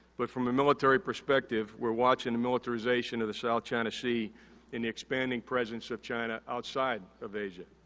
but, from a military perspective, we're watching the militarization of the south china sea and the expanding presence of china outside of asia.